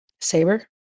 Saber